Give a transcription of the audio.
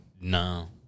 No